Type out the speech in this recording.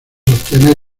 obtener